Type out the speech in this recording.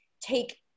take